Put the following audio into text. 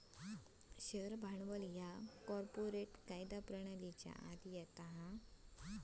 share भांडवल ह्या corporate कायदा प्रणालीच्या आत येता